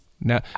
Now